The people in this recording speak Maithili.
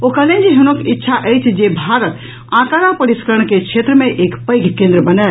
ओ कहलनि जे हुनक इच्छज्ञ अछि जे भारत आंकड़ा परिष्करण के क्षेत्र मे एक पैघ केंद्र बनय